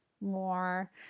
more